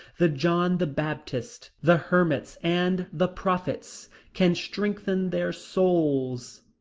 the john the baptists, the hermits and the prophets can strengthen their souls.